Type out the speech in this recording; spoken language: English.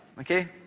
okay